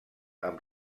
amb